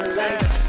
lights